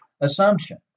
assumption